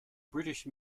british